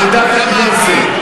עבודת הכנסת, אומרים.